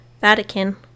Vatican